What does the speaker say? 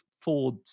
Ford